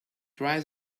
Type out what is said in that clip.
try